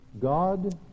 God